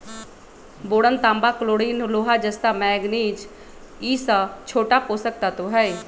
boron तांबा chlorine लोहा जस्ता मैग्निज ई स छोट पोषक तत्त्व हई